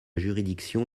juridiction